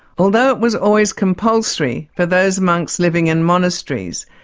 although it was always compulsory for those monks living in monasteries,